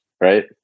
right